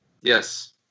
Yes